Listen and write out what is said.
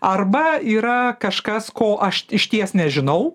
arba yra kažkas ko aš išties nežinau